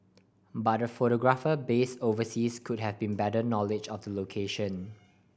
but a photographer based overseas could have better knowledge of the location